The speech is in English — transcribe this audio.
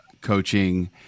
coaching